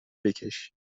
بکش